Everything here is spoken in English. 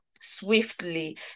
swiftly